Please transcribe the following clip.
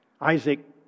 Isaac